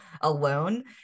alone